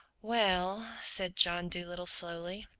well, said john dolittle slowly,